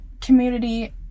community